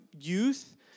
youth